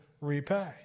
repay